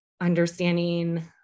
understanding